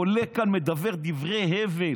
עולה כאן, מדבר דברי הבל